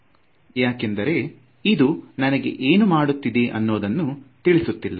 ಯಾಕೆಂದರೆ ಇದು ನನಗೆ ಏನು ಮಾಡುತ್ತಿದೆ ಅನ್ನೋದನ್ನು ತಿಳಿಸುತ್ತಿಲ್ಲ